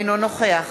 אינו נוכח